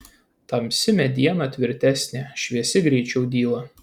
tamsi mediena tvirtesnė šviesi greičiau dyla